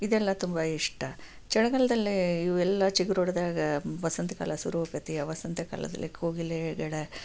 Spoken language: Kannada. ಇದೆಲ್ಲ ತುಂಬ ಇಷ್ಟ ಚಳಿಗಾಲದಲ್ಲಿ ಇವೆಲ್ಲ ಚಿಗುರೊಡೆದಾಗ ವಸಂತಕಾಲ ಶುರು ಆಕ್ತೈತಿ ಆ ವಸಂತಕಾಲದಲ್ಲಿ ಕೋಗಿಲೆಗಳ